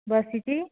ବସିଛି